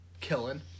killing